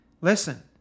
Listen